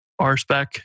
RSpec